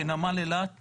שנמל אילת